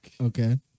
okay